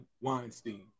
Weinstein